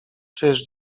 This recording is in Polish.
czyż